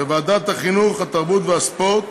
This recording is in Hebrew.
בוועדת החינוך התרבות והספורט,